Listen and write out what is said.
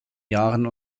jahren